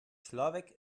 človek